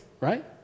Right